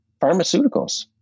Pharmaceuticals